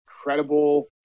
incredible